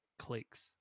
clicks